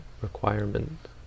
requirement